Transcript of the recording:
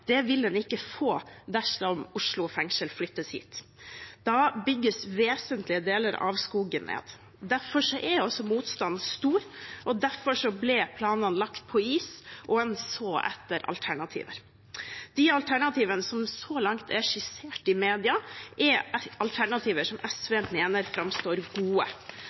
vil en ikke få dersom Oslo fengsel flyttes hit. Da bygges vesentlige deler av skogen ned. Derfor er motstanden stor, og derfor ble planene lagt på is og en så etter alternativer. De alternativene som så langt er skissert i media, er alternativer som SV mener framstår som gode.